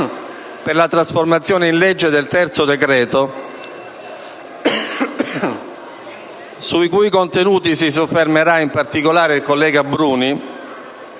per la trasformazione in legge del terzo decreto, sui cui contenuti si soffermerà in particolare il collega Bruni,